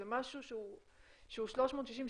זה משהו שהוא 360,